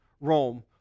Rome